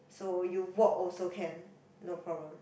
so you walk also can no problem